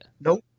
Nope